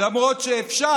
למרות שאפשר.